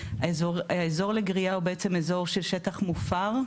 והאזור לגריעה הוא אזור של שטח מופר,